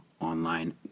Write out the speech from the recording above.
Online